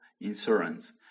insurance